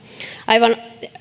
aivan